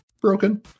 broken